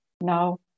now